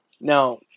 Now